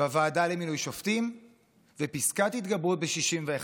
בוועדה למינוי שופטים ופסקת התגברות ב-61.